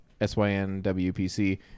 synwpc